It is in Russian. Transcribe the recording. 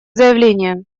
заявление